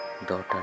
daughter